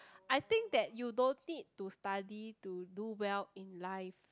I think that you don't need to study to do well in life